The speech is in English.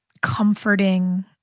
comforting